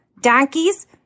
Donkeys